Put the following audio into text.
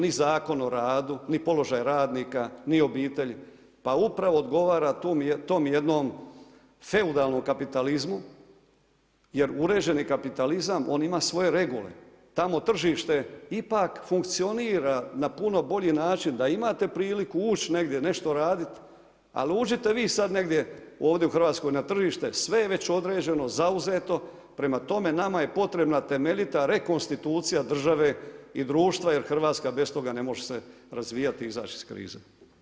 Ni Zakon o radu, ni položaj radnika ni obitelji. pa upravo odgovara tom jednom feudalnom kapitalizmu jer uređeni kapitalizam, on ima svoje regule, tamo tržište ipak funkcionira na puno bolji način da imate priliku ući negdje, nešto raditi ali uđite vi sad negdje ovdje u Hrvatskoj na tržište, sve je već određeno, zauzeto, prema tome, nama je potrebna temeljita rekonstitucija države i društva jer Hrvatska bez toga ne može se razvijati i izaći iz krize.